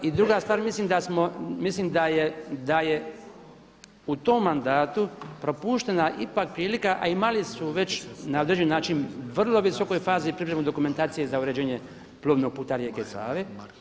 I druga stvar, mislim da smo, mislim da je u tom mandatu propuštena ipak prilika a imali su već na određeni način u vrlo visokoj fazi pripreme dokumentacije za uređenje plovnog puta rijeke Save.